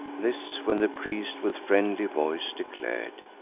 this when the priest with friendly voice declar'd,